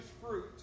fruit